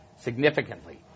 significantly